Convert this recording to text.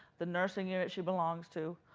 the nursing unit she belongs to,